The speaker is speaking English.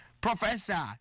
Professor